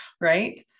right